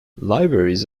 libraries